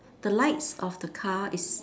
the lights of the car is